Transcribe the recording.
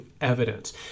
evidence